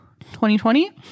2020